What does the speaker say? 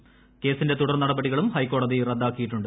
ക്കേസിന്റെ തുടർനടപടികളും ഹൈക്കോടതി റദ്ദാക്കിയിട്ടുണ്ട്